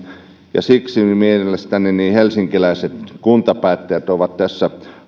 siksi mielestäni helsinkiläiset kuntapäättäjät ovat tässä